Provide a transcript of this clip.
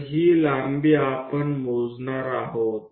તો આ લંબાઈ આપણે માપવા જઈ રહ્યા છીએ